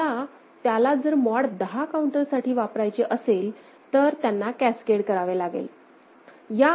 तुम्हाला त्याला जर मॉड 10 काऊंटर साठी वापरायचे असेलतर त्यांना कॅसकेड करावे लागेल